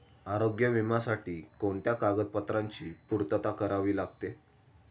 आरोग्य विम्यासाठी कोणत्या कागदपत्रांची पूर्तता करावी लागते?